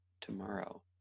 tomorrow